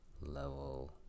level